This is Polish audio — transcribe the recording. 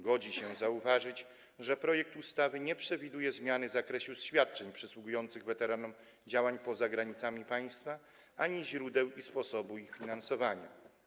Godzi się zauważyć, że projekt ustawy nie przewiduje zmiany zakresu świadczeń przysługujących weteranom działań poza granicami państwa ani źródeł i sposobu ich finansowania.